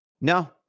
No